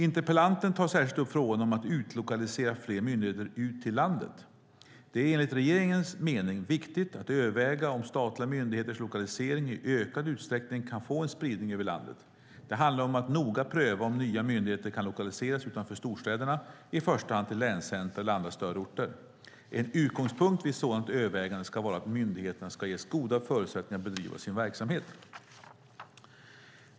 Interpellanten tar särskilt upp frågan om att utlokalisera fler myndigheter ut till landet. Det är enligt regeringens mening viktigt att överväga om statliga myndigheters lokalisering i ökad utsträckning kan få en spridning över landet. Det handlar om att noga pröva om nya myndigheter kan lokaliseras utanför storstäderna, i första hand till länscentra eller andra större orter. En utgångspunkt vid ett sådant övervägande ska vara att myndigheterna ska ges goda förutsättningar att bedriva sin verksamhet.